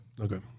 Okay